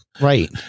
Right